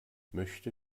möchte